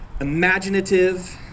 imaginative